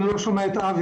אני לא שומע את אבי.